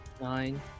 Nine